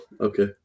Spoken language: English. Okay